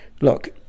Look